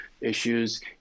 issues